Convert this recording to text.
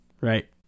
Right